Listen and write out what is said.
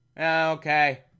Okay